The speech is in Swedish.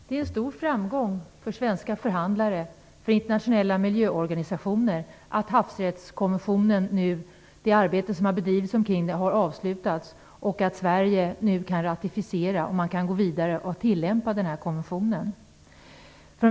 Herr talman! Det är en stor framgång för svenska förhandlare och för internationella miljöorganisationer att arbetet med havsrättskonventionen nu har avslutats och att Sverige nu kan ratificera den och gå vidare och tillämpa konventionen.